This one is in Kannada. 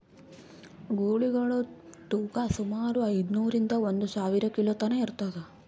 ಗೂಳಿಗಳ್ ತೂಕಾ ಸುಮಾರ್ ಐದ್ನೂರಿಂದಾ ಒಂದ್ ಸಾವಿರ ಕಿಲೋ ತನಾ ಇರ್ತದ್